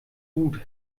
gut